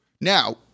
Now